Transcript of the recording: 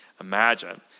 imagine